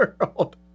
world